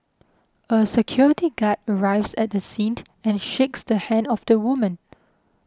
a security guard arrives at the scene and shakes the hand of the woman